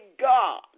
God